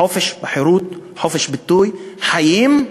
חופש, חירות, חופש הביטוי, חיים,